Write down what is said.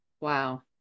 Wow